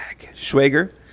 Schwager